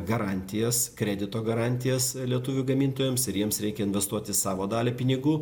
garantijas kredito garantijas lietuvių gamintojams ir jiems reikia investuoti savo dalį pinigų